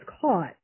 caught